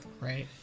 right